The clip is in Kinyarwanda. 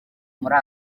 muri